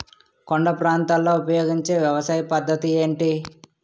కొండ ప్రాంతాల్లో ఉపయోగించే వ్యవసాయ పద్ధతి ఏంటి?